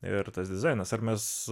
ir tas dizainas ar mes